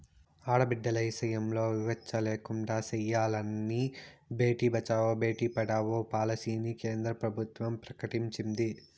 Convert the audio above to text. ఆడబిడ్డల ఇసయంల వివచ్చ లేకుండా సెయ్యాలని బేటి బచావో, బేటీ పడావో పాలసీని కేంద్ర ప్రభుత్వం ప్రకటించింది